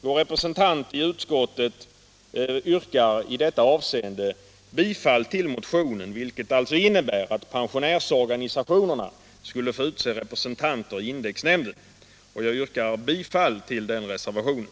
Vår representant i utskottet yrkar i detta avseende bifall till motionen, vilket alltså innebär att pensionärsorganisationerna skulle få utse representanter i indexnämnden. Jag yrkar bifall till den reservationen.